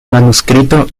manuscrito